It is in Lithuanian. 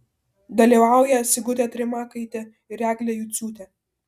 dalyvauja sigutė trimakaitė ir eglė juciūtė